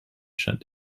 shut